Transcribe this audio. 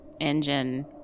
engine